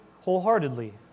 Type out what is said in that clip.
wholeheartedly